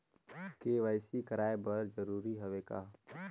KYC कराय बर जरूरी हवे का?